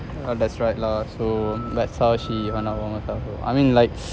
uh there's right lah so that's how she I mean like